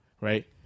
Right